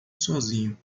sozinho